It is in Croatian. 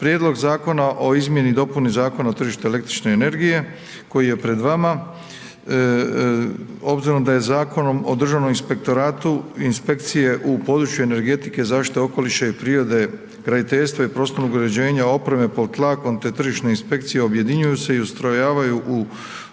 Prijedlog zakona o izmjeni i dopuni Zakona o tržištu električne energije koji je pred vama obzirom da je Zakonom o Državnom inspektoratu, inspekcije u području energetike, zaštite okoliša i prirode, graditeljstva i prostornog uređenja, opreme po tlakom te tržišne inspekcije objedinjuju se i ustrojavaju u